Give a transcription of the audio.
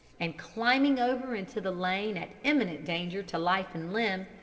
and climbing over into the lane at imminent danger to life and limb,